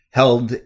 held